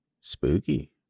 Spooky